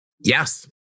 Yes